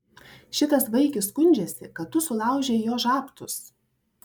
šitas vaikis skundžiasi kad tu sulaužei jo žabtus